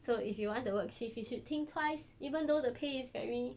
so if you want to work shift you should think twice even though the pay is very